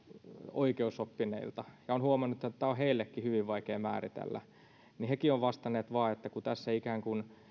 oikeusoppineilta olen huomannut että tämä on heillekin hyvin vaikea määritellä ja hekin ovat vastanneet vain että kun tässä ikään kuin